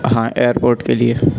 ہاں ایئرپورٹ کے لیے